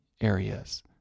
areas